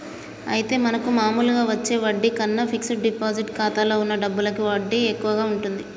అయితే మనకు మామూలుగా వచ్చే వడ్డీ కన్నా ఫిక్స్ డిపాజిట్ ఖాతాలో ఉన్న డబ్బులకి వడ్డీ ఎక్కువగా ఉంటుంది